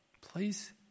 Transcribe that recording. Please